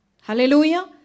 Hallelujah